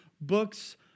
books